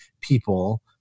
people